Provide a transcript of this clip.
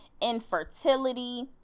infertility